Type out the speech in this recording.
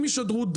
אם ישדרו,